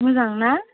मोजां ना